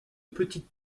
petite